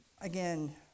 again